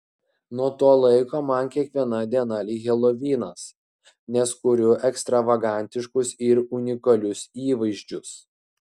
nuo to laiko man kiekviena diena lyg helovinas nes kuriu ekstravagantiškus ir unikalius įvaizdžius